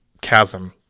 chasm